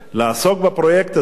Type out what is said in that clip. לעסוק בפרויקט הזה.